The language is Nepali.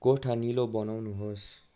कोठा निलो बनाउनुहोस्